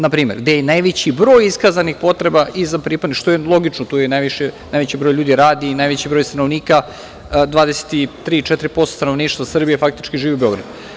Na primer gde je najveći broj iskazanih potreba i za pripadnike, što je i logično, tu najveći broj ljudi radi i najveći je broj stanovnika, 23% stanovništva u Srbiji faktički živi u Beogradu.